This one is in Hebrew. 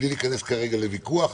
בלי להיכנס כרגע לוויכוח.